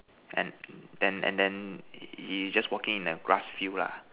and then and then he just walking in the grass field lah